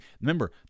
Remember